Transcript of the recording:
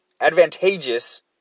advantageous